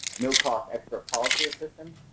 no-cost expert policy assistance,